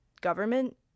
government